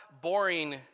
boring